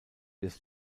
des